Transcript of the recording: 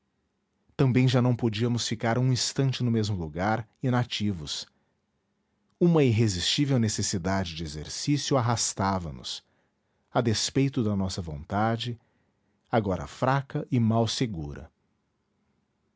também já não podíamos ficar um instante no mesmo lugar inativos uma irresistível necessidade de exercício arrastava nos a despeito da nossa vontade agora fraca e mal segura